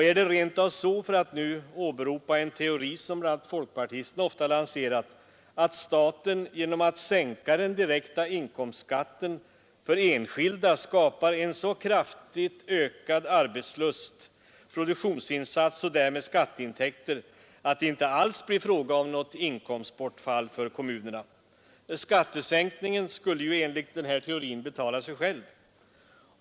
Är det rent av så — för att nu åberopa en teori som framför allt folkpartisterna ofta lanserar — att staten genom att sänka den direkta inkomstskatten för enskilda skapar en så kraftigt ökad arbetslust och produktionsinsats, och därmed ökade skatteintäkter, att det inte alls blir fråga om något inkomstbortfall för kommunerna? Skattesänkningen skulle ju enligt den här teorin betala sig själv.